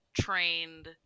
trained